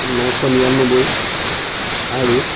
নশ নিৰানব্বৈ আৰু